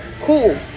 cool